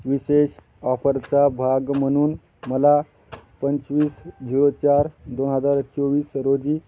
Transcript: विशेष ऑफरचा भाग म्हणून मला पंचवीस झिरो चार दोन हजार चोवीस रोजी